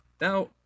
Now